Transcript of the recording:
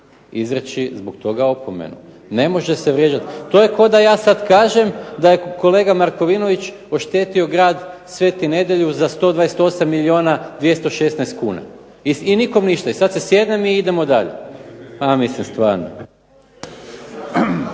izreći zbog toga opomenu. Ne može se vrijeđati. To je kao da ja sad kažem da je kolega Markovinović oštetio grad Svetu Nedjelju za 128 milijuna 216 kuna, i nikom ništa, i sad se sjednem i idemo dalje. A mislim stvarno.